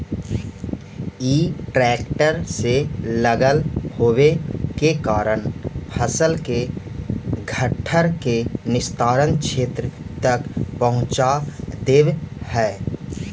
इ ट्रेक्टर से लगल होव के कारण फसल के घट्ठर के निस्तारण क्षेत्र तक पहुँचा देवऽ हई